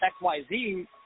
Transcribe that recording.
XYZ